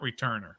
returner